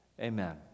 Amen